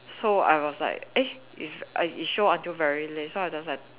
so I was like eh it's uh it show until very late so I just like